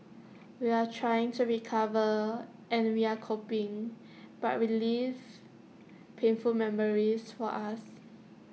we're trying to recover and we're coping but relives painful memories for us